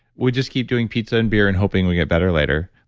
we'll just keep doing pizza and beer and hoping we'll get better later,